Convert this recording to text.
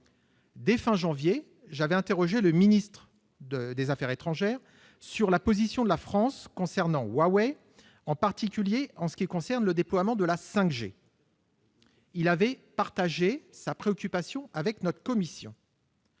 mois de janvier, j'ai interrogé le ministre des affaires étrangères sur la position de la France vis-à-vis de Huawei, en particulier en ce qui concerne le déploiement de la 5G. Il avait alors partagé sa préoccupation avec notre commission.